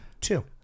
Two